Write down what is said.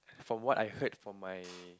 from what I heard from my